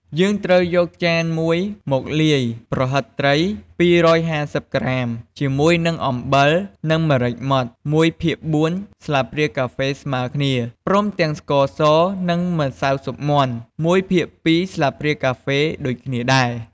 យើងត្រូវយកចានមួយមកលាយ ប្រហិតត្រី ២៥០ ក្រាម ជាមួយនឹង អំបិល និង ម្រេចម៉ដ្ឋ ១ភាគ៤ ស្លាបព្រាកាហ្វេស្មើគ្នា ព្រមទាំង ស្ករស និងម្សៅស៊ុបមាន់ ១ភាគ២ ស្លាបព្រាកាហ្វេដូចគ្នាដែរ។